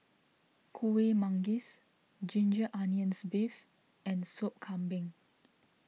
Kueh Manggis Ginger Onions Beef and Sop Kambing